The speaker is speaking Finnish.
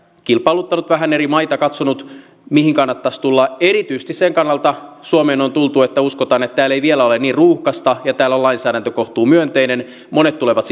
kilpailuttanut vähän eri maita katsonut mihin kannattaisi tulla erityisesti sen kannalta suomeen on tultu että uskotaan että täällä ei vielä ole niin ruuhkaista ja täällä on lainsäädäntö kohtuumyönteinen monet tulevat